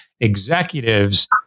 executives